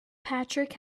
patrick